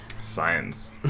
Science